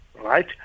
right